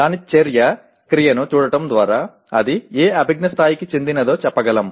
దాని చర్య క్రియను చూడటం ద్వారా అది ఏ అభిజ్ఞా స్థాయికి చెందినదో చెప్పగలం